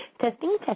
Testing